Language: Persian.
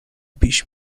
پیش